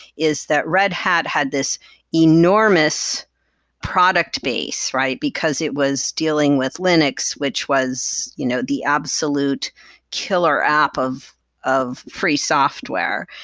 is that red hat had this enormous product base, because it was dealing with linux, which was you know the absolute killer app of of free software.